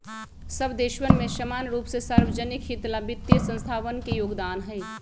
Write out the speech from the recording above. सब देशवन में समान रूप से सार्वज्निक हित ला वित्तीय संस्थावन के योगदान हई